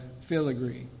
filigree